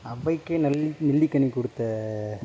அவ்வைக்கு நல்லி நெல்லிக்கனிக் கொடுத்த